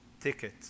ticket